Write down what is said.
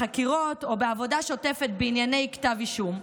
בחקירות או בעבודה שוטפת בענייני כתב אישום.